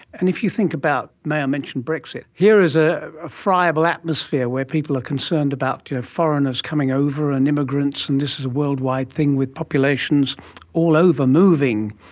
and if you think about, may i mention brexit, here is ah a friable atmosphere where people are concerned about you know foreigners coming over and immigrants and this is a worldwide thing with populations all over moving.